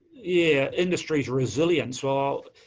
yeah industry's resilience. well,